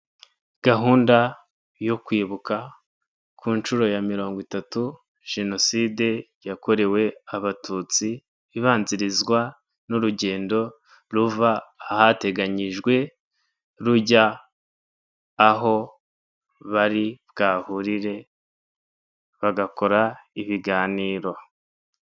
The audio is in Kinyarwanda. Gahunda yo kwibuka ku nshuro ya mirongo itatu jenoside yakorewe abatutsi ibanzirizwa n'urugendo ruva ahateganyijwe rujya aho bari bwahurire bagakora ibiganiro.